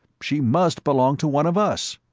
she must belong to one of us.